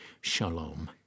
shalom